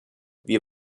wir